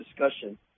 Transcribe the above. discussion